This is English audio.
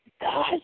God